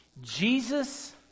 Jesus